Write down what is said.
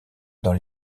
dans